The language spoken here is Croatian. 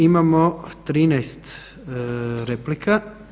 Imamo 13 replika.